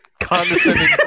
condescending